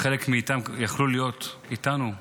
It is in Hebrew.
חלק מהם יכלו להיות איתנו,